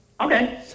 Okay